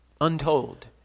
untold